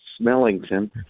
Smellington